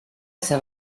esa